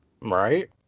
Right